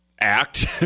act